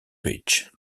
beach